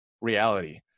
reality